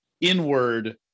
inward